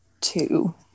two